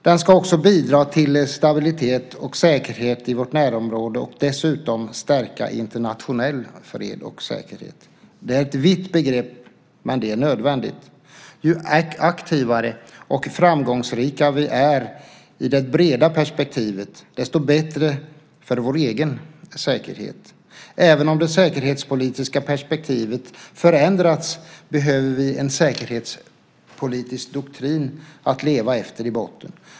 Den ska också bidra till stabilitet och säkerhet i vårt närområde och dessutom stärka internationell fred och säkerhet. Det är ett vitt begrepp, men det är nödvändigt. Ju aktivare och framgångsrikare vi är i det breda perspektivet, desto bättre är det för vår egen säkerhet. Även om det säkerhetspolitiska perspektivet förändrats behöver vi en säkerhetspolitisk doktrin i botten att leva efter.